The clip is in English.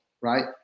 right